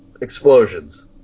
explosions